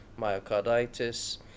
myocarditis